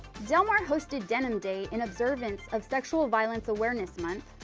del mar hosted denim day in observance of sexual violence awareness month,